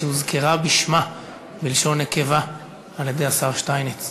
שהוזכרה בשמה בלשון נקבה על-ידי השר שטייניץ.